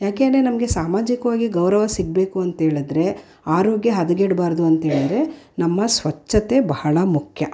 ಯಾಕೆ ಅಂದರೆ ನಮಗೆ ಸಾಮಾಜಿಕವಾಗಿ ಗೌರವ ಸಿಗಬೇಕು ಅಂತ್ಹೇಳಿದ್ರೆ ಆರೋಗ್ಯ ಹದಗೆಡ್ಬಾರ್ದು ಅಂತ್ಹೇಳಿರೆ ನಮ್ಮ ಸ್ವಚ್ಛತೆ ಬಹಳ ಮುಖ್ಯ